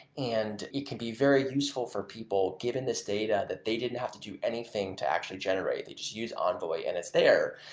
and it can be very useful for people given this data that they didn't have to do anything to actually generate. it just use envoy and it's there,